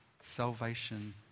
salvation